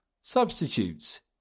Substitutes